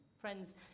Friends